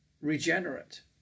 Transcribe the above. regenerate